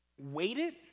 waited